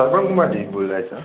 श्रवण कुमार जी बोल रहें सर